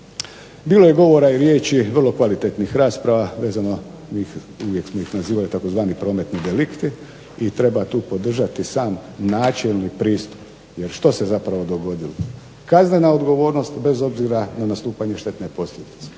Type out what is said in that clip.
Bilo je govora i riječi vrlo kvalitetnih rasprava vezano, mi ih, uvijek smo ih nazivali tzv. prometni delikti i treba tu podržati sam načelni pristup, jer što se zapravo dogodilo. Kaznena odgovornost bez obzira na nastupanje štetne posljedice,